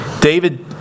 David